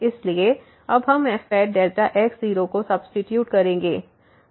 इसलिए अब हम fx0 को सब्सीट्यूट करेंगे